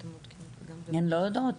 הן לא יודעות.